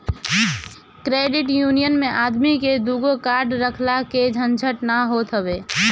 credit union मे आदमी के दूगो कार्ड रखला के झंझट ना होत हवे